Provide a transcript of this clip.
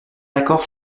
d’accord